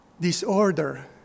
disorder